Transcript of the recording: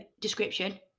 description